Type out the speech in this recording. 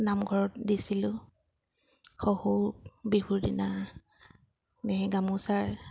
নামঘৰত দিছিলোঁ শহুৰক বিহুৰদিনা গামোচাৰ